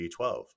B12